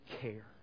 care